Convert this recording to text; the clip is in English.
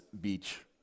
beach